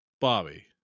bobby